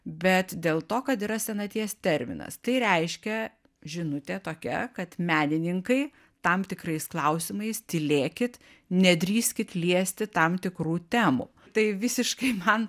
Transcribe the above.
bet dėl to kad yra senaties terminas tai reiškia žinutė tokia kad menininkai tam tikrais klausimais tylėkit nedrįskit liesti tam tikrų temų tai visiškai man